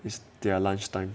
is theie lunch time